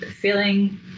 feeling